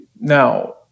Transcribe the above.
Now